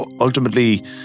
ultimately